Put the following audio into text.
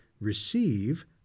receive